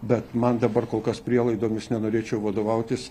bet man dabar kol kas prielaidomis nenorėčiau vadovautis